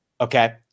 Okay